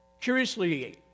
Curiously